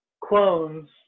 clones